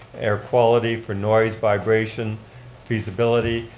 air quality for noise vibration feasibility,